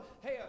hey